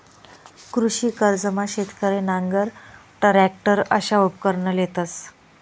कृषी कर्जमा शेतकरी नांगर, टरॅकटर अशा उपकरणं लेतंस